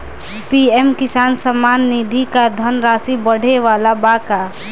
PM Kisan Samman Nidhi क धनराशि बढ़े वाला बा का?